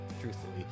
truthfully